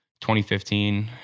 2015